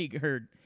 heard